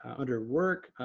under work,